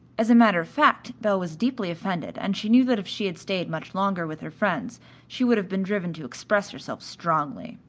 as a matter of fact belle was deeply offended, and she knew that if she had stayed much longer with her friends she would have been driven to express herself strongly.